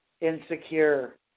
insecure